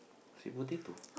sweet potato